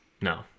No